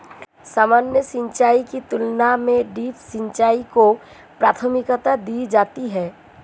सामान्य सिंचाई की तुलना में ड्रिप सिंचाई को प्राथमिकता दी जाती है